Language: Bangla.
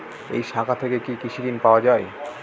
এই শাখা থেকে কি কৃষি ঋণ পাওয়া যায়?